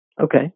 Okay